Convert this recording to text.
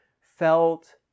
felt